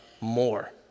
more